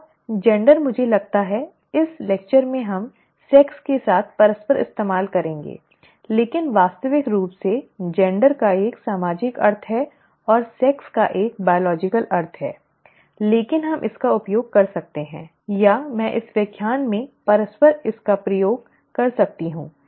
अब जेंडर मुझे लगता है कि इस व्याख्यान में हम सेक्स के साथ परस्पर इस्तेमाल करेंगे लेकिन वास्तविक रूप में जेंडर का एक सामाजिक अर्थ है और लिंग का एक जैविक अर्थ है लेकिन हम इसका उपयोग कर सकते हैं या मैं इस व्याख्यान में परस्पर इस का उपयोग कर सकता हूं